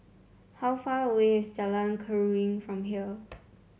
how far away is Jalan Keruing from here